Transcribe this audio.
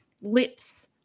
lips